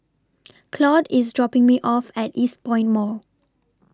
Claude IS dropping Me off At Eastpoint Mall